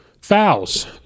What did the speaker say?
Fouls